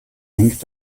hängt